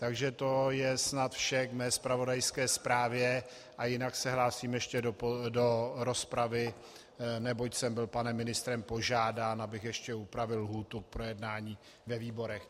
Takže to je snad vše k mé zpravodajské zprávě a jinak se hlásím ještě do rozpravy, neboť jsem byl pane ministrem požádán, abych ještě upravil lhůtu k projednání ve výborech.